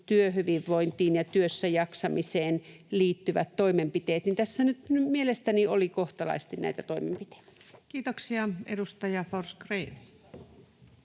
työhyvinvointiin ja työssäjaksamiseen liittyvät toimenpiteet, niin tässä nyt mielestäni oli kohtalaisesti näitä toimenpiteitä. [Perussuomalaisten